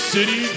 City